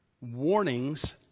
warnings